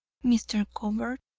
mr. convert,